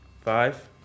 Five